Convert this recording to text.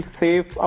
safe